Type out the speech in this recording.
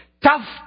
tough